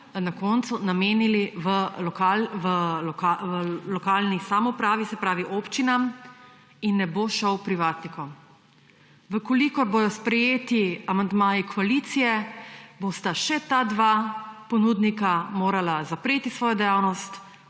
na koncu namenili lokalni samoupravi, se pravi občinam, in ne bo šel privatnikom. Če bodo sprejeti amandmaji koalicije, bosta še ta dva ponudnika morala zapreti svojo dejavnost,